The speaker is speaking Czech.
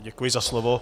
Děkuji za slovo.